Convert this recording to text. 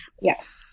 Yes